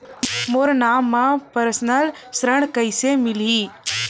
मोर नाम म परसनल ऋण कइसे मिलही?